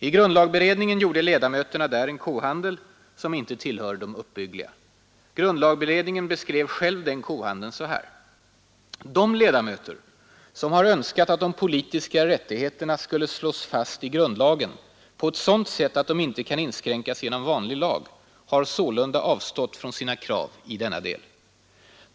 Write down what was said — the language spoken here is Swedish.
I grundlagberedningen gjorde ledamöterna en kohandel som inte tillhör de uppbyggliga. Grundlagberedningen beskrev den själv så här: ”De ledamöter som har önskat att de politiska rättigheterna skulle slås fast i grundlagen på ett sådant sätt att de inte kan inskränkas genom vanlig lag har sålunda avstått från sina krav i denna del.